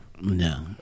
No